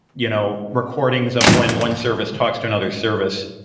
you know recordings of when one service talks to another service,